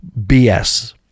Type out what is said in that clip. BS